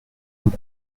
nous